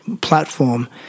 platform